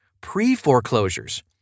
Pre-foreclosures